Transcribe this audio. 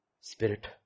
Spirit